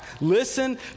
Listen